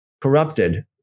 corrupted